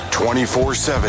24-7